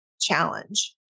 challenge